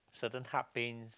certain